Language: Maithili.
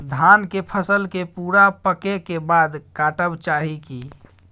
धान के फसल के पूरा पकै के बाद काटब चाही की?